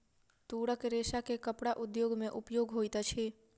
तूरक रेशा के कपड़ा उद्योग में उपयोग होइत अछि